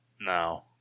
No